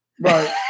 Right